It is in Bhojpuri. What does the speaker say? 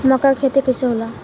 मका के खेती कइसे होला?